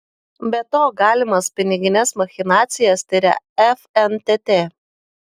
be to galimas pinigines machinacijas tiria fntt